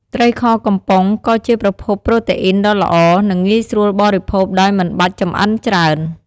ត្រីខកំប៉ុង ក៏ជាប្រភពប្រូតេអ៊ីនដ៏ល្អ និងងាយស្រួលបរិភោគដោយមិនបាច់ចម្អិនច្រើន។